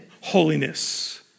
holiness